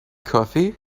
coffee